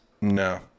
No